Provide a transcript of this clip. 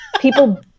People